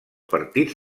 partits